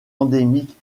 endémique